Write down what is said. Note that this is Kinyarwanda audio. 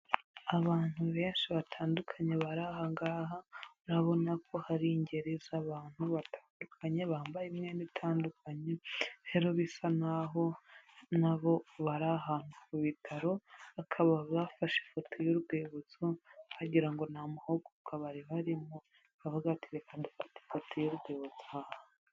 Abantu benshi batandukanye bari aha ngaha, urabona ko hari ingeri z'abantu batandukanye bambaye imyenda itandukanye, rero bisa nkaho na bo bari ahantu ku bitaro bakaba bafashe ifoto y'urwibutso, wagira ngo ni amahugurwa bari barimo bakavuga bati: "Reka dufate ifoto y'urwibutso aha hantu".